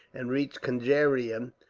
and reached conjeveram,